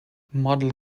model